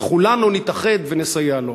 וכולנו נתאחד ונסייע לו.